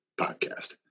podcast